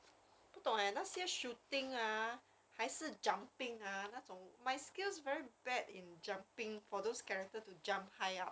不懂 eh 那些 shooting ah 还是 jumping ah 那种 my skills very bad in jumping for those character to jump high up